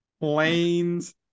planes